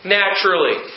naturally